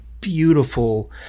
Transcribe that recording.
beautiful